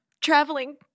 traveling